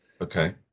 Okay